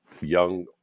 young